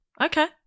Okay